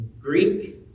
Greek